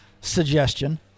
suggestion